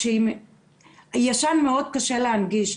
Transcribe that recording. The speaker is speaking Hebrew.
ישן מאוד קשה להנגיש,